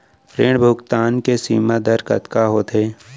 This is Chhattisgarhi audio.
ऋण भुगतान के सीमा दर कतका होथे?